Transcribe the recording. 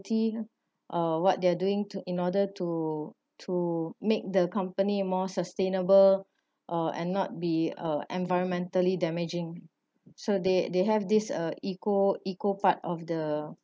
uh what they are doing to in order to to make the company more sustainable uh and not be a environmentally damaging so they they have this uh equal equal part of the